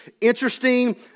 interesting